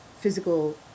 physical